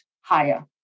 higher